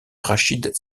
rachid